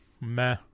meh